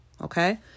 Okay